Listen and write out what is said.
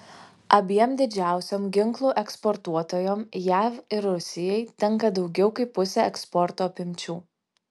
abiem didžiausiom ginklų eksportuotojom jav ir rusijai tenka daugiau kaip pusė eksporto apimčių